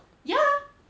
yeah